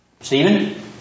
Stephen